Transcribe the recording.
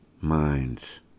minds